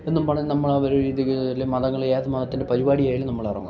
എന്നും പറഞ്ഞു നമ്മൾ അവരെ രീതിക്ക് മതങ്ങൾ ഏതു മതത്തിൻ്റെ പരിപാടി ആയാലും നമ്മൾ ഇറങ്ങും